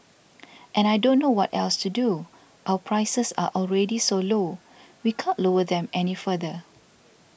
and I don't know what else to do our prices are already so low we can't lower them any further